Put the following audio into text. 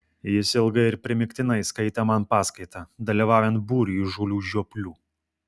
jis ilgai ir primygtinai skaitė man paskaitą dalyvaujant būriui įžūlių žioplių